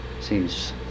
seems